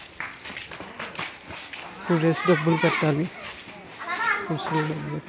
Purse లో డబ్బులు పెట్టలా?